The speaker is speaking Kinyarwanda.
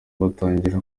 batangira